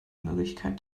möglichkeit